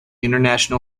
international